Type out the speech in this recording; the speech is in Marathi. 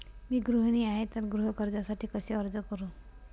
मी गृहिणी आहे तर गृह कर्जासाठी कसे अर्ज करू शकते?